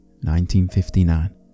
1959